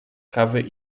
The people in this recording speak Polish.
kawy